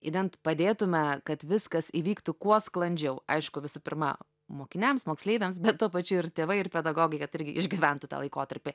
idant padėtume kad viskas įvyktų kuo sklandžiau aišku visų pirma mokiniams moksleiviams bet tuo pačiu ir tėvai ir pedagogai kad irgi išgyventų tą laikotarpį